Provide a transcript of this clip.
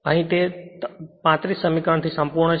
અહીં તે બરાબર 35 સમીકરણથી સંપૂર્ણ છે